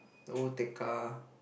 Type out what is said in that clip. the old Tekka